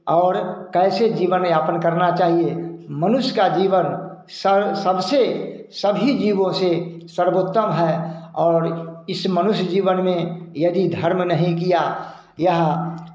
और कैसे जीवन यापन करना चाहिए मनुष्य का जीवन सर सबसे सभी जीवों से सर्वोत्तम है और इस मनुष्य जीवन में यदि धर्म नहीं किया यह